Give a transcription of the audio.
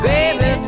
Baby